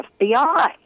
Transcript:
FBI